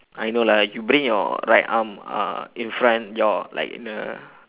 I know lah you bring your right arm uh in front your like in a